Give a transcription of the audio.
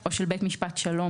או של בית משפט שלום,